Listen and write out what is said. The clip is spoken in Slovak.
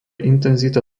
intenzita